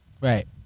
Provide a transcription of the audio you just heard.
Right